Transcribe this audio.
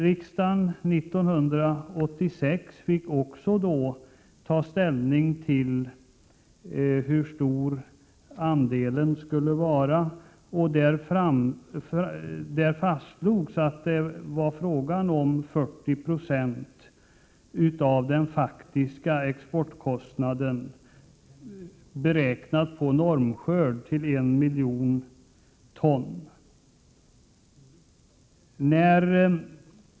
Riksdagen fick 1986 ta ställning till hur stor andelen skulle vara. Där fastslogs 40 96 av den faktiska exportkostnaden, beräknad på en normskörd på 100 miljoner ton.